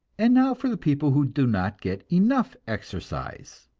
and now for the people who do not get enough exercise.